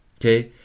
okay